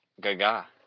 Gaga